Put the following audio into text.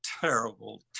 terrible